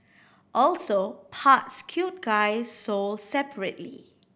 also parts cute guy sold separately